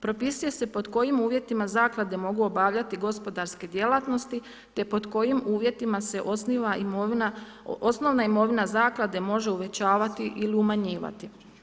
Propisuje se pod kojim uvjetima zaklade mogu obavljati gospodarske djelatnosti te pod kojim uvjetima se osniva imovina, osnovna imovina zaklade može uvećavati ili umanjivati.